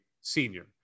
senior